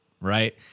right